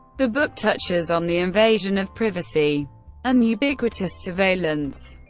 the book touches on the invasion of privacy and ubiquitous surveillance.